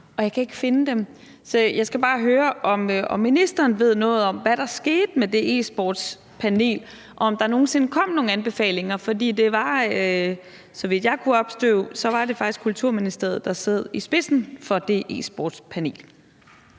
men jeg kan ikke finde dem. Så jeg skal bare høre, om ministeren ved noget om, hvad der skete med det e-sportspanel, altså om der nogen sinde kom nogen anbefalinger, for det var, så vidt jeg kunne opstøve, faktisk Kulturministeriet, der sad i spidsen for det e-sportspanel.